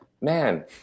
man